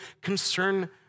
concern